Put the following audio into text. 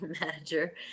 manager